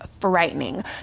frightening